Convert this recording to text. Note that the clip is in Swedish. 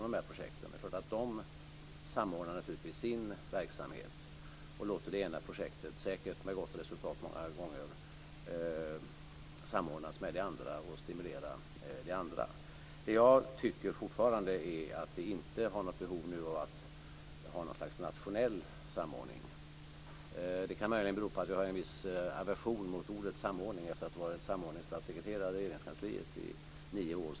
De samordnar naturligtvis sin verksamhet och låter det ena projektet, säkert många gånger med gott resultat, samordnas med och stimulera det andra. Jag tycker fortfarande att vi nu inte har något behov av att ha något slags nationell samordning. Det kan möjligen bero på att jag har en viss aversion mot ordet samordning efter att ha varit samordningsstatssekreterare i Regeringskansliet i nio år.